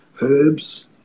herbs